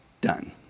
done